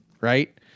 right